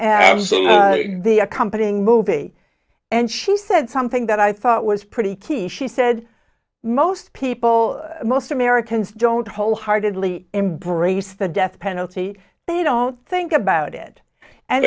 now the accompanying movie and she said something that i thought was pretty cool she said most people most americans don't wholeheartedly embrace the death penalty they don't think about it and